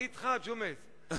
אני אתך, ג'ומס.